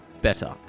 better